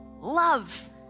love